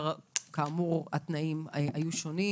כאמור התנאים היו שונים,